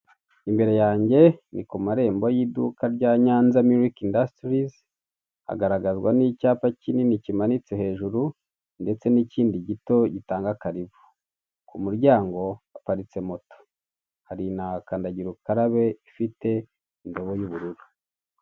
Imbere yanjye, ni ku marembo y'iduka rya nyanza mirike indusitirizi, hagaragazwa n'icyapa kinini kimanitse hejuru ndetse n'ikindi gito gitanga akaribu. Ku muryango haparitse moto hari na kandagira ukarabe ifite indobo y'ubururu.